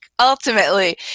ultimately